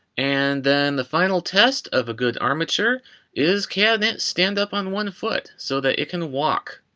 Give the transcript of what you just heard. and then the final test of a good armature is can it stand-up on one foot so that it can walk?